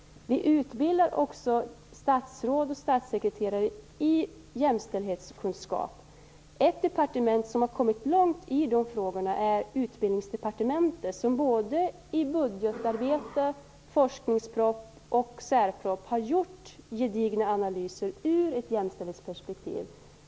Vi utbildar också statsråd och statssekreterare i jämställdhetskunskap. Ett departement som har kommit långt i de frågorna är Utbildningsdepartementet, som i budgetarbete, forskningsproposition och särproposition har gjort gedigna analyser ur ett jämställdhetsperspektiv.